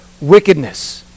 wickedness